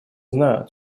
знают